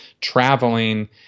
traveling